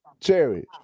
cherry